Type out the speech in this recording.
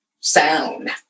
sound